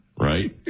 Right